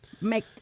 make